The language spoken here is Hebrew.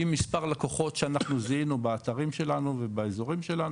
עם מספר לקוחות שאנחנו זיהינו באתרים שלנו ובאזורים שלנו,